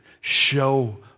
Show